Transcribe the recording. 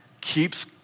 keeps